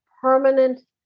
permanent